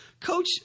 Coach